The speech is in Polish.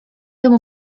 temu